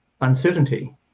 uncertainty